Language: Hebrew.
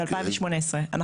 ב-2018.